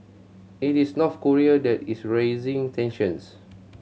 it is North Korea that is raising tensions